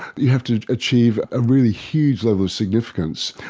you have to achieve a really huge level of significance.